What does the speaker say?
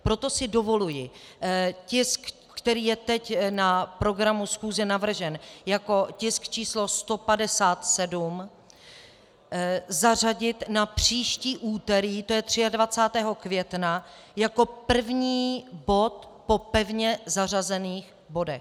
Proto si dovoluji tisk, který je teď na programu schůze navržen jako tisk číslo 157, zařadit na příští úterý, tj. 23. května, jako první bod po pevně zařazených bodech.